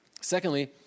Secondly